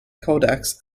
codex